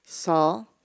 Saul